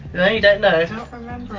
right? you don't know.